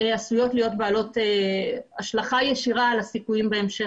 עשויות להיות בעלות הלשכה ישירה על הסיכויים בהמשך.